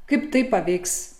kaip tai paveiks